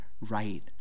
right